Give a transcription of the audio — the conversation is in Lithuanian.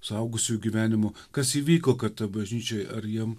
suaugusių gyvenimu kas įvyko kad ta bažnyčioj ar jiems